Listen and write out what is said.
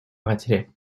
матери